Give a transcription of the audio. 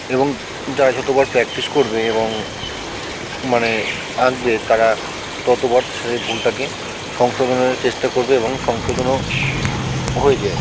এবং যারা যতবার প্র্যাকটিস করবে এবং মানে আঁকবে তারা ততবার সেই ভুলটাকে সংশোধনের চেষ্টা করবে এবং সংশোধনও হয়ে যায়